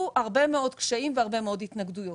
הרבה מאוד קשיים והרבה מאוד התנגדויות.